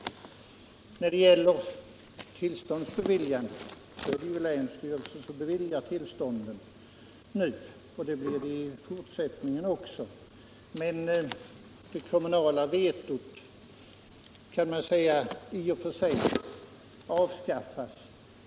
När det gäller tillstånds beviljande vill jag peka på att det nu är länsstyrelsen som beviljar tillstånden och att det kommer att förbli så också i fortsättningen. Det kommunala vetot avskaffas dock.